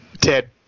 Ted